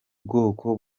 bwoko